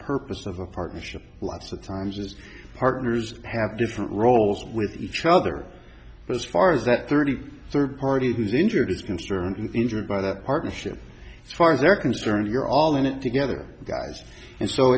purpose of a partnership lots of times as partners have different roles with each other but as far as that thirty third party who's injured is concerned injured by the partnership far as they're concerned you're all in it together guys and so